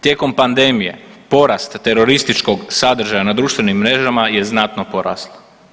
Tijekom pandemije porast terorističkog sadržaja na društvenim mrežama je znatno porasla.